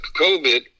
COVID